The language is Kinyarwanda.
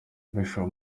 bishop